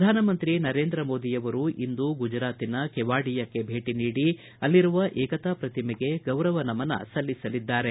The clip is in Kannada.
ಪ್ರಧಾನಮಂತ್ರಿ ನರೇಂದ್ರ ಮೋದಿಯವರು ಇಂದು ಗುಜರಾತಿನ ಕೆವಾಡಿಯಕ್ಕೆ ಭೇಟಿ ನೀಡಿ ಅಲ್ಲಿರುವ ಏಕತಾ ಪ್ರತಿಮೆಗೆ ಗೌರವ ನಮನ ಸಲ್ಲಿಸಲಿದ್ದಾರೆ